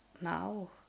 now